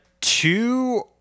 two